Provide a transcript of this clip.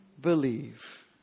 believe